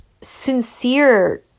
sincere